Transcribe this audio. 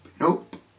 Nope